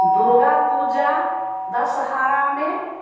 दुर्गा पूजा दशहरा में